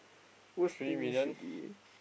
worst thing should be